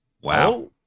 Wow